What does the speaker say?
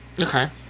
Okay